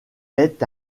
est